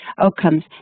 outcomes